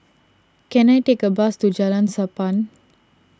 can I take a bus to Jalan Sappan